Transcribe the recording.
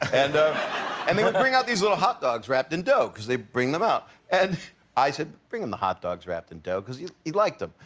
and and they would bring out these little hot dogs wrapped in dough because they bring them out. and i said, bring him the hot dogs wrapped in dough, because yeah he liked them.